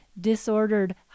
disordered